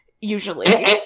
Usually